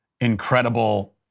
incredible